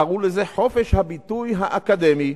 קראו לזה חופש הביטוי האקדמי.